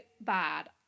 bad